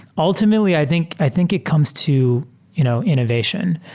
ultimately, i think i think it comes to you know innovation.